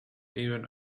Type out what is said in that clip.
even